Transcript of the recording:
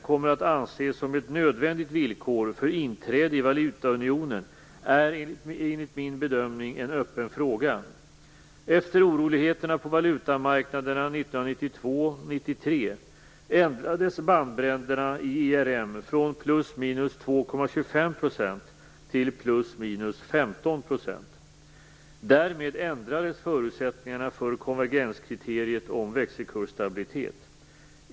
kommer att anses som ett nödvändigt villkor för inträde i valutaunionen är enligt min bedömning en öppen fråga. Efter oroligheterna på valutamarknaderna 1992-1993 ändrades bandbredderna i ERM från plus minus 15 %. Därmed ändrades förutsättningarna för konvergenskriteriet om växelkursstabilitet.